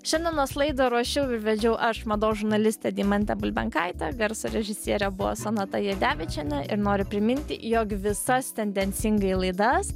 šiandienos laidą ruošiau ir vedžiau aš mados žurnalistė deimantė bulbenkaitė garso režisierė buvo sonata jadevičienė ir noriu priminti jog visas tendencingai laidas